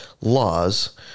laws